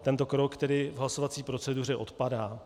Tento krok tedy v hlasovací proceduře odpadá.